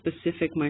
specific